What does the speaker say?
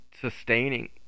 sustaining